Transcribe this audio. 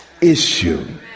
issue